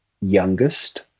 youngest